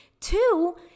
Two